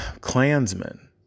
Klansmen